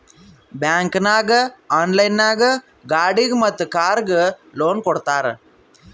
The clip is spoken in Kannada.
ಬ್ಯಾಂಕ್ ನಾಗ್ ಆನ್ಲೈನ್ ನಾಗ್ ಗಾಡಿಗ್ ಮತ್ ಕಾರ್ಗ್ ಲೋನ್ ಕೊಡ್ತಾರ್